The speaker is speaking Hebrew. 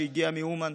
שהגיעה מאומן,